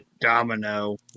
Domino